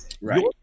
Right